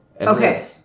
okay